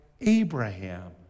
Abraham